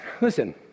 listen